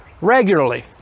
regularly